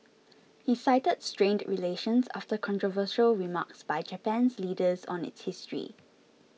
he cited strained relations after controversial remarks by Japan's leaders on its history